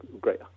great